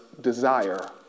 desire